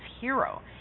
hero